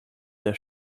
der